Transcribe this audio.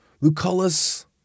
Lucullus